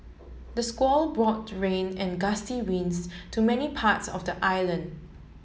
the squall brought rain and gusty winds to many parts of the island